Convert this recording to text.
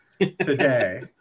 today